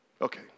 Okay